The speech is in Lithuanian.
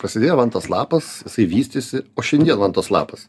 pasidėjo vantos lapas jisai vystėsi o šiandien vantos lapas